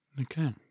Okay